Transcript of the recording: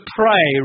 pray